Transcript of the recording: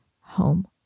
home